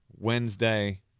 wednesday